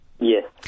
Yes